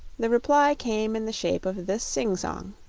the reply came in the shape of this sing-song